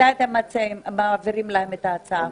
מתי אתם מעבירים להם את ההצעה.